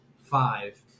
five